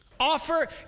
offer